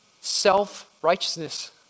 Self-righteousness